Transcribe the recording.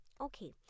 okay